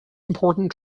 important